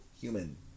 human